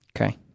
Okay